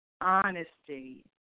honesty